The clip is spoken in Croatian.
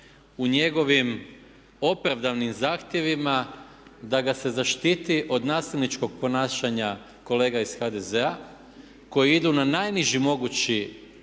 u njegovim opravdanim zahtjevima da ga se zaštiti od nasilničkog ponašanja kolega iz HDZ-a koje idu na najniži mogući